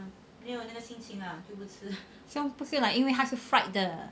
so 不是 like 因为他是 fried 的